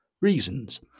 reasons